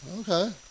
Okay